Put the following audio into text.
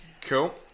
Cool